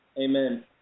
amen